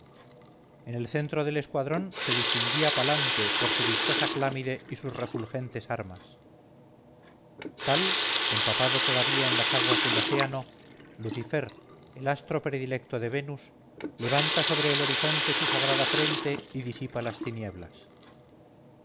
en el centro del escuadrón se distinguía palante por su vistosa clámide y sus refulgentes armas tal empapado todavía en las aguas del océano lucifer el astro predilecto de venus levanta sobre el horizonte su sagrada frente y disipa las tinieblas